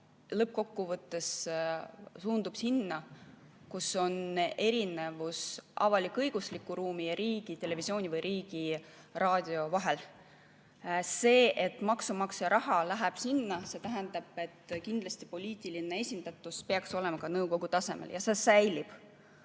lõppkokkuvõttes suundub sinna, kus on erinevus avalik-õigusliku ruumi ja riigitelevisiooni või riigiraadio vahel. See, et maksumaksja raha läheb sinna, tähendab kindlasti, et poliitiline esindatus peaks olema ka nõukogu tasemel, ja see säilib.